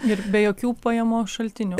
ir be jokių pajamų šaltinių